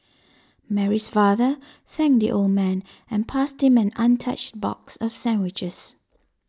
Mary's father thanked the old man and passed him an untouched box of sandwiches